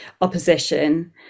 opposition